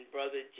Brother